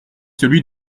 celui